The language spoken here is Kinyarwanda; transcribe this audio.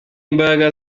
imbaraga